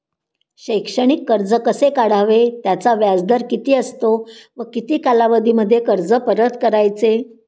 शैक्षणिक कर्ज कसे काढावे? त्याचा व्याजदर किती असतो व किती कालावधीमध्ये कर्ज परत करायचे?